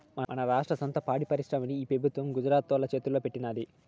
మన రాష్ట్ర సొంత పాడి పరిశ్రమని ఈ పెబుత్వం గుజరాతోల్ల చేతల్లో పెట్టినాది